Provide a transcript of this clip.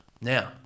Now